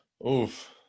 oof